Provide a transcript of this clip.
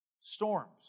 storms